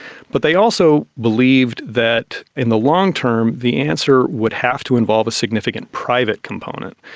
but they also believed that in the long-term the answer would have to involve a significant private component.